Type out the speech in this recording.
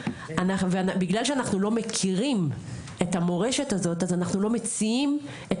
ובגלל שאנחנו לא מכירים את המורשת הזאת אז אנחנו לא מציעים את